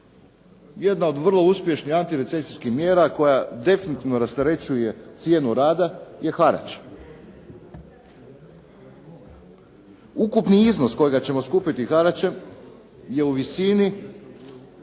Jedan od vrlo uspješnih antirecesijskih mjera koja definitivno rasterećuje cijenu rada je harač. Ukupni iznos kojeg ćemo skupiti haračem je u visini